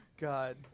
God